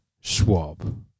Schwab